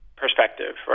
perspective